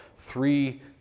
three